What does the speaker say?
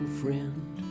friend